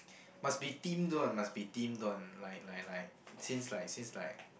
must be themed one must be themed one like like like since like since like